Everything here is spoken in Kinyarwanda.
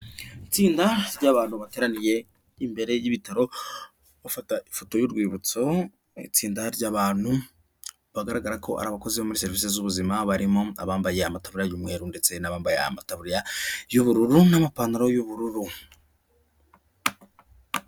Itsinda ry'abantu bateraniye imbere y'ibitaro bafata ifoto y'urwibutso ni itsinda rya'bantu bagaragara ko ari abakozi muri serivisi z'ubuzima barimo abambaye amataburiya y'mweru ndetse n'abambaye amataburiya y'bururu n'amapantaro y'ubururu.